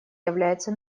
является